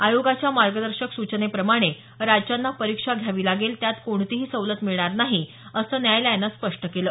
आयोगाच्या मार्गदर्शक सूचनेप्रमाणे राज्यांना परीक्षा घ्यावी लागेल त्यात कोणतीही सवलत मिळणार नाही असं न्यायालयानं स्पष्ट केलं